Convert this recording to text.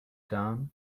down